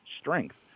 strength